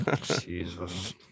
Jesus